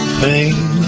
pain